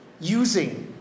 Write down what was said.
using